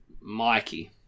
Mikey